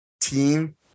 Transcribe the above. team